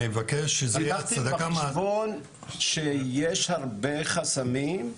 אני מבקש --- לקחתם בחשבון שיש הרבה חסמים?